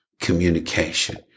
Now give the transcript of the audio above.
communication